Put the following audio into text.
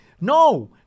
No